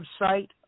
website